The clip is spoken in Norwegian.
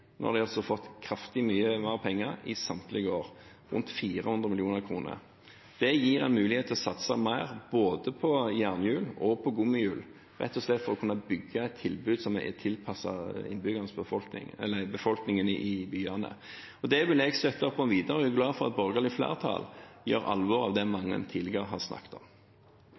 fått kraftig mye mer penger i samtlige år – rundt 400 mill. kr. Det gir en mulighet til å satse mer både på jernhjul og på gummihjul, rett og slett for å kunne bygge et tilbud som er tilpasset befolkningen i byene. Det vil jeg støtte opp om videre. Jeg er glad for at et borgerlig flertall gjør alvor av det mange tidligere har snakket om.